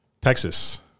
Texas